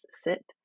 sit